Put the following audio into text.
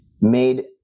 made